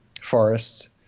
forests